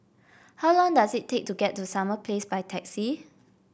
how long does it take to get to Summer Place by taxi